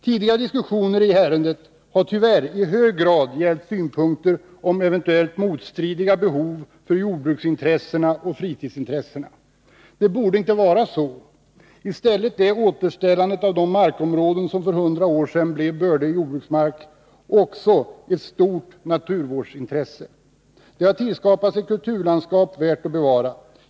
Tidigare diskussioner i ärendet har i hög grad gällt synpunkter om eventuellt motstridiga behov för jordbruksintressena och fritidsintressena. Det borde inte vara så. I stället är återställandet av de markområden som för hundra år sedan blev bördig jordbruksmark också ett stort naturvårdsintresse. Det har tillskapats ett kulturlandskap värt att bevara.